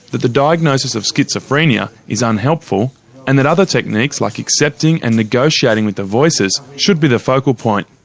that the diagnosis of schizophrenia is unhelpful and that other techniques, like accepting and negotiating with the voices should be the focal point.